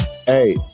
hey